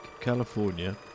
California